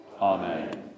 Amen